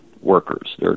workers